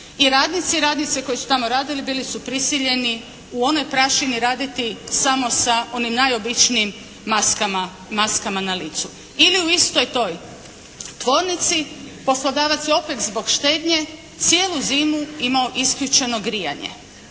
i radnice koji su tamo radili bili su prisiljeni u onoj prašini raditi samo sa onim najobičnijim maskama na licu. Ili u istoj toj tvornici, poslodavac je opet zbog štednje cijelu zimu imao isključeno grijanje,